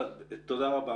תודה.